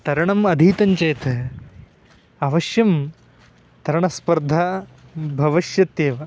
तरणम् अधीतं चेत् अवश्यं तरणस्पर्धा भविष्यत्येव